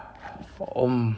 oh m~